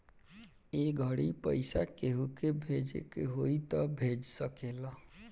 ए घड़ी पइसा केहु के भेजे के होई त भेज सकेल